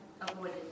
avoided